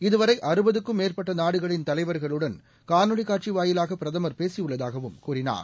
இதுவரை மேற்பட்டநாடுகளின் தலைவர்களுடன் காணொலிக் காட்சிவாயிலாகபிரதமர் பேசியுள்ளதாகவும் கூறினார்